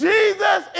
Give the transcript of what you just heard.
Jesus